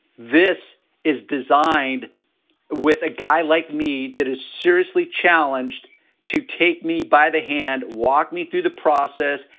this is designed with a guy like me that is seriously challenged to take me by the hand, walk me through the process,